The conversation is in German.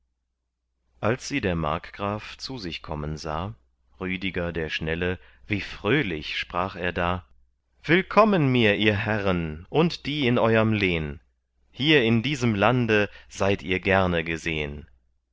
als sie der markgraf zu sich kommen sah rüdiger der schnelle wie fröhlich sprach er da willkommen mir ihr herren und die in euerm lehn hier in diesem lande seid ihr gerne gesehn